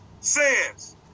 says